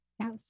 Yes